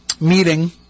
meeting